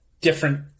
different